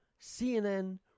CNN